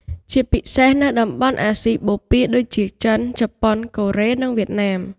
ជាពិសេសនៅតំបន់អាស៊ីបូព៌ាដូចជា ចិន ជប៉ុន កូរ៉េ និងវៀតណាម។